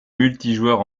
multijoueur